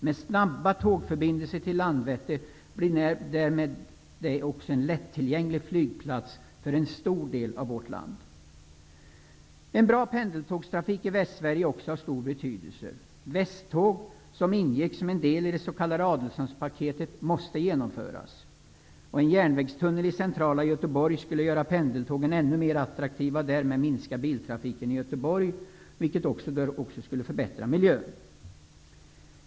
Med snabba tågförbindelser till Landvetter blir Landvetter därmed en lätt tillgänglig flygplats för en stor del av vårt land. En bra pendeltågstrafik i Västsverige är också av stor betydelse. Västtåg, som ingick som en del i det s.k. Adelsohnspaketet, måste genomföras. En järnvägstunnel i centrala Göteborg skulle göra pendeltågen ännu mera attraktiva, och därmed minska biltrafiken i Göteborg, vilket även skulle förbättra miljön.